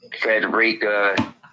Frederica